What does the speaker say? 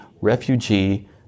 refugee